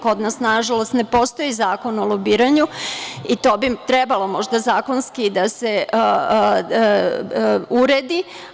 Kod nažalost ne postoji zakon o lobiranju i to bi trebalo možda zakonski da se uredi.